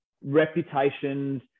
reputations